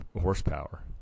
horsepower